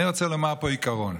אני רוצה לומר פה בעיקרון,